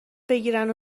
بگیرن